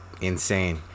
insane